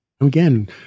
Again